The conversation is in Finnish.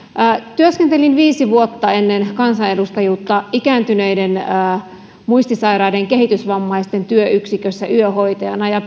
työskentelin viisi vuotta ennen kansanedustajuutta ikääntyneiden muistisairaiden ja kehitysvammaisten työyksikössä yöhoitajana ja